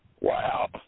Wow